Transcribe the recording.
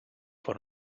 por